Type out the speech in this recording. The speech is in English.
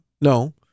no